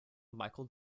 michael